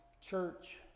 church